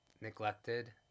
neglected